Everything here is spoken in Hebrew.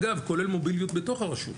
אגב כולל מוביליות בתוך הרשות,